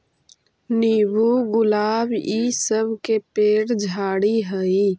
नींबू, गुलाब इ सब के पेड़ झाड़ि हई